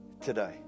today